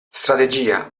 strategia